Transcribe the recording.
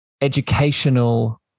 educational